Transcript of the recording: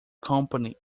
company